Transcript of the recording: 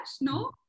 no